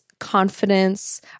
Confidence